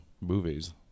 movies